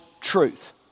truth